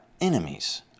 enemies